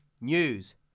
News